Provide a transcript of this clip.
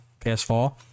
ps4